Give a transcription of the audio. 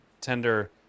tender